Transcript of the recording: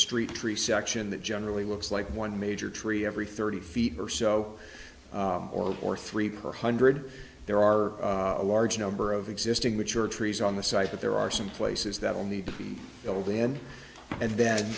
street tree section that generally looks like one major tree every thirty feet or so or three per hundred there are a large number of existing mature trees on the site but there are some places that will need to be filled in and then